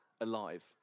alive